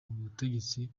ubutegetsi